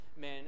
men